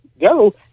go